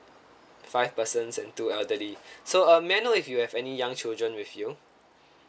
five persons and two elderly so uh may I know if you have any young children with you